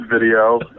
Video